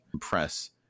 press